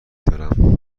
دارم